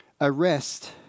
arrest